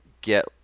get